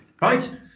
right